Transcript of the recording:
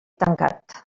tancat